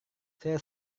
saya